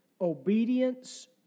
Obedience